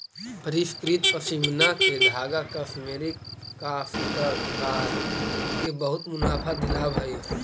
परिष्कृत पशमीना के धागा कश्मीरी काश्तकार के बहुत मुनाफा दिलावऽ हई